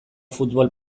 futbol